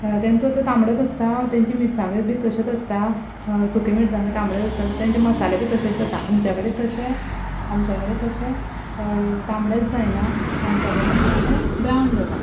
तेंचो तो तांबडोच आसता तेंच्यो मिरसांग्योय बी तश्योच आसता सुक्यो मिरसांग्यो तांबड्याोच आसता सो तेंचे मसाले बी तशेच जाता आमच्याकडेन तशे आमच्या कडेन तशे तांबडेच जायना आमच्या कडेन मातशे ब्राउन जाता